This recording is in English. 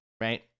right